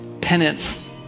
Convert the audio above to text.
penance